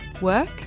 work